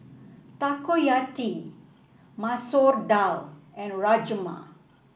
Takoyaki Masoor Dal and Rajma